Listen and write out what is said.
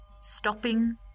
Stopping